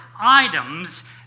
items